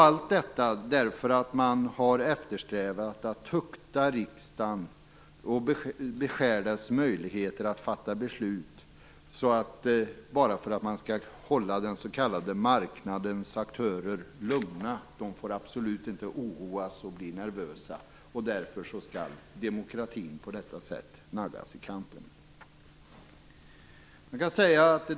Allt detta beror på att man har eftersträvat att tukta riksdagen och beskära dess möjligheter att fatta beslut för att man skall hålla den s.k. marknadens aktörer lugna. De får absolut inte oroas och bli nervösa, och därför skall demokratin på detta sätt naggas i kanten.